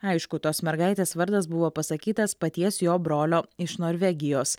aišku tos mergaitės vardas buvo pasakytas paties jo brolio iš norvegijos